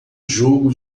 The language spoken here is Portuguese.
jogo